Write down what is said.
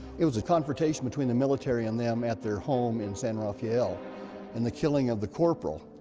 it was a confrontation between the military and them at their home in san rafael and the killing of the corporal.